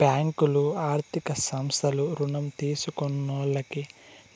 బ్యాంకులు, ఆర్థిక సంస్థలు రుణం తీసుకున్నాల్లకి